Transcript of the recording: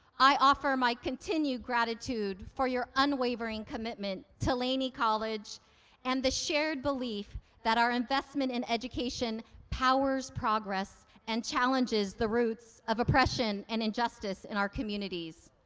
i offer my continued gratitude for your unwavering commitment to laney college and the shared belief that our investment in education powers progress and challenges the roots of oppression and injustice in our communities.